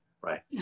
right